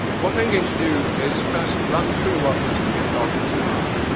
what i'm going to do is first run through what these ten dogmas are.